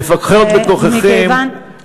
מכיוון,